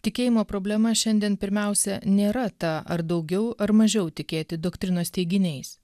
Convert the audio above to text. tikėjimo problema šiandien pirmiausia nėra ta ar daugiau ar mažiau tikėti doktrinos teiginiais